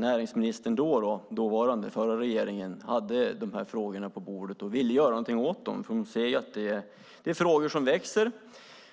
Näringsministern i förra regeringen hade de här frågorna på sitt bord och ville göra något utifrån att det är frågor som växer.